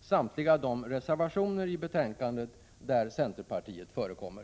samtliga de reservationer i betänkandet där centerpartiet förekommer.